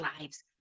lives